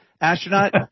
astronaut